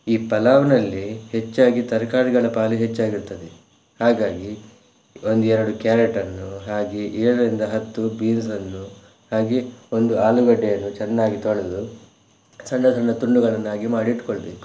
ಈ ಪಲಾವ್ನಲ್ಲಿ ಹೆಚ್ಚಾಗಿ ತರಕಾರಿಗಳ ಪಾಲೇ ಹೆಚ್ಚಾಗಿರ್ತದೆ ಹಾಗಾಗಿ ಒಂದೆರಡು ಕ್ಯಾರೆಟನ್ನು ಹಾಗೆ ಏಳರಿಂದ ಹತ್ತು ಬೀನ್ಸನ್ನು ಹಾಗೆ ಒಂದು ಆಲೂಗಡ್ಡೆಯನ್ನು ಚೆನ್ನಾಗಿ ತೊಳೆದು ಸಣ್ಣ ಸಣ್ಣ ತುಂಡುಗಳನ್ನಾಗಿ ಮಾಡಿ ಇಟ್ಟುಕೊಳ್ಬೇಕು